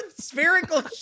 spherical